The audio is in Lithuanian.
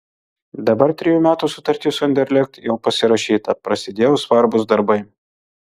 dabar trejų metų sutartis su anderlecht jau pasirašyta prasidėjo svarbūs darbai